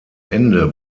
ende